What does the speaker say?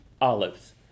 olives